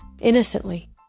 Innocently